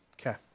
Okay